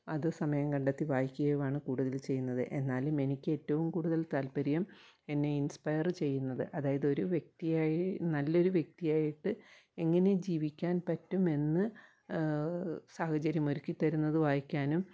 അതു സമയം കണ്ടെത്തി വായിക്കുകയുമാണ് കൂടുതൽ ചെയ്യുന്നത് എന്നാലും എനിക്കേറ്റവും കൂടുതൽ താത്പര്യം എന്നെ ഇന്സ്പയർ ചെയ്യുന്നത് അതായത് ഒരു വ്യക്തിയായി നല്ലൊരു വ്യക്തിയായിട്ട് എങ്ങനെ ജീവിക്കാൻ പറ്റുമെന്ന് സാഹചര്യമൊരുക്കിത്തരുന്നത് വായിക്കാനും